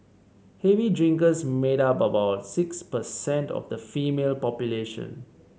heavy drinkers made up about six percent of the female population